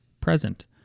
present